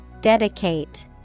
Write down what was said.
Dedicate